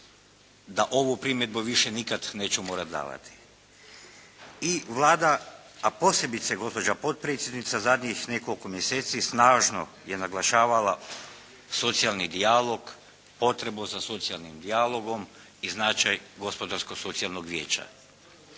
da ovu primjedbu više nikad neću morati davati. I Vlada, a posebice gospođa potpredsjednica zadnjih nekoliko mjeseci snažno je naglašavala socijalni dijalog, potrebu za socijalnim dijalogom i značaj gospodarsko-socijalnog vijeća.